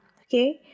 okay